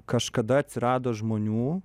kažkada atsirado žmonių